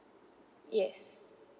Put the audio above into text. yes